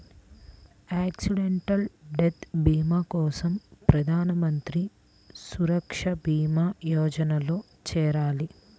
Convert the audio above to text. accidental death భీమా కోసం ప్రధాన్ మంత్రి సురక్షా భీమా యోజనలో చేరాలి